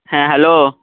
হ্যাঁ হ্যালো